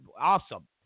Awesome